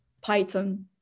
Python